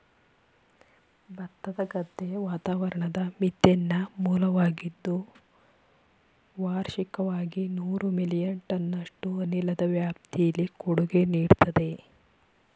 ಭತ್ತದ ಗದ್ದೆ ವಾತಾವರಣದ ಮೀಥೇನ್ನ ಮೂಲವಾಗಿದ್ದು ವಾರ್ಷಿಕವಾಗಿ ನೂರು ಮಿಲಿಯನ್ ಟನ್ನಷ್ಟು ಅನಿಲದ ವ್ಯಾಪ್ತಿಲಿ ಕೊಡುಗೆ ನೀಡ್ತದೆ